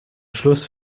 schluss